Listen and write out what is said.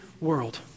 world